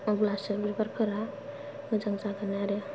अब्लासो बिबारफोरा मोजां जागोन आरो